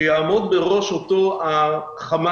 שיעמוד בראש אותו חמ"ל.